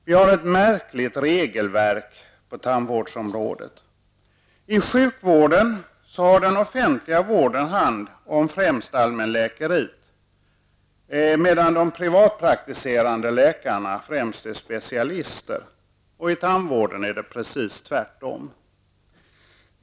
Vi har ett märkligt regelverk på tandvårdsområdet. Inom sjukvården har den offentliga vården främst hand om allmänläkeriet, medan de privatpraktiserande läkarna i första hand är specialister. Inom tandvården är det precis tvärtom.